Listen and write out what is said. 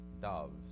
doves